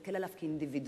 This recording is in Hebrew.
להסתכל עליו כאינדיבידואל.